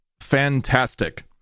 fantastic